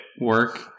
work